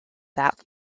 that